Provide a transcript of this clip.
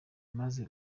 amaze